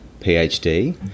PhD